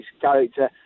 character